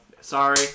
sorry